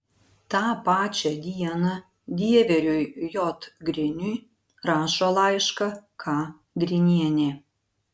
tą pačią dieną dieveriui j griniui rašo laišką k grinienė